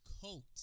coat